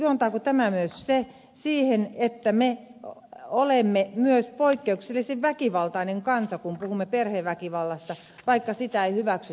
juontaako tämä myös siihen että me olemme myös poikkeuksellisen väkivaltainen kansa kun puhumme perheväkivallasta vaikka sitä ei hyväksyttäisikään